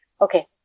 Okay